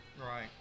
Right